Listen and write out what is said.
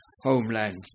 homeland